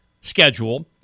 schedule